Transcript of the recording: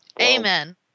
Amen